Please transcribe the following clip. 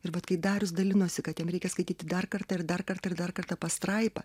ir vat kai darius dalinosi kad jam reikia skaityti dar kartą ir dar kartą ir dar kartą pastraipą